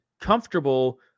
comfortable